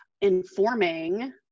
informing